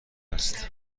هست